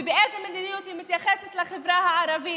באיזו מדיניות היא מתייחסת לחברה הערבית.